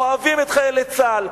אוהבים את חיילי צה"ל,